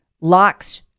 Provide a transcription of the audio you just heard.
Locks